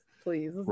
please